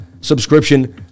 subscription